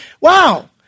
wow